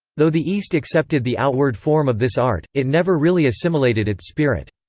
though the east accepted the outward form of this art, it never really assimilated its spirit.